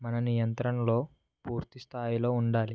మన నియంత్రణలో పూర్తి స్థాయిలో ఉండాలి